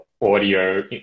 audio